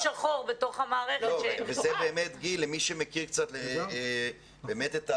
למי שמכיר באמת,